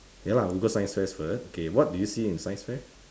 ya lah we go science fair first okay what do you see in science fair